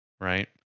right